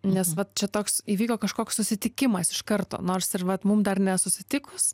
nes va čia toks įvyko kažkoks susitikimas iš karto nors ir vat mum dar nesusitikus